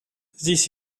this